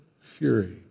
fury